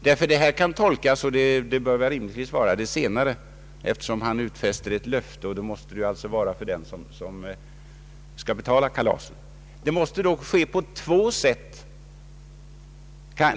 Detta kan nämligen tolkas på olika sätt, och det bör rimligtvis vara på det senare sättet, eftersom han avger ett löfte och detta löfte alltid måste komma från den som skall betala kalaset.